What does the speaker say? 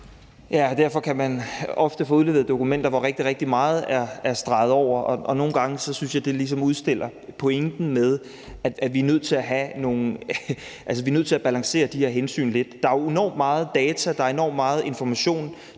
derfor kan man ofte få udleveret dokumenter, hvor rigtig, rigtig meget er streget over, og nogle gange synes jeg det ligesom udstiller pointen med, at vi er nødt til at balancere de her hensyn lidt. Der er jo enormt meget data, og der